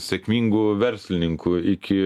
sėkmingų verslininkų iki